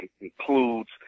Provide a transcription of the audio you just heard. includes